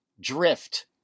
drift